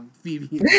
Phoebe